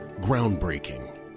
Groundbreaking